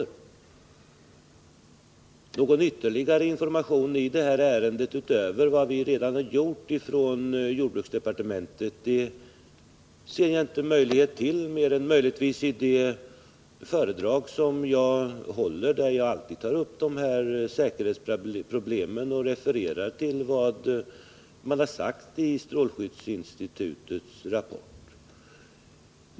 Jag ser ingen möjlighet till ytterligare information i detta ärende utöver den som redan har lämnats av jordbruksdepartementet. Det skulle möjligen kunna lämnas en viss ytterligare information i de föredrag som jag håller, där jag alltid tar upp säkerhetsproblemen och refererar till strålskyddsinstitutets rapport.